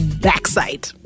backside